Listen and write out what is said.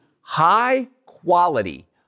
high-quality